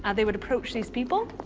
ah they would approach these people,